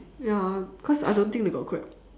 ya cause I don't think they got grab